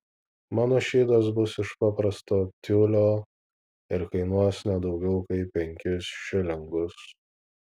mano šydas bus iš paprasto tiulio ir kainuos ne daugiau kaip penkis šilingus